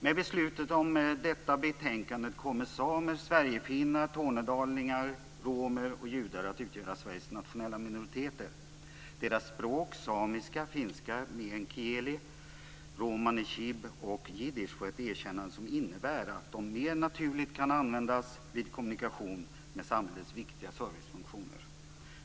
Med beslutet om detta betänkande kommer samer, sverigefinnar, tornedalingar, romer och judar att utgöra Sveriges nationella minoriteter. Deras språk - får ett erkännande som innebär att de mer naturligt kan användas vid kommunikation med samhällets viktiga servicefunktioner.